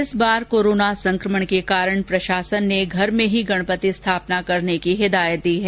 इस बार कोरोना संक्रमण के कारण प्रशासन ने घर में ही गणपति स्थापना करने की हिदायत दी है